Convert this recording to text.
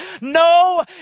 No